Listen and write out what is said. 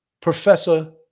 professor